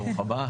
ברוך הבא.